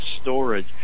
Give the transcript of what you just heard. storage